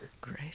Great